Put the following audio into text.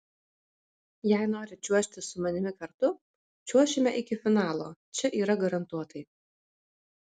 jei nori čiuožti su manimi kartu čiuošime iki finalo čia yra garantuotai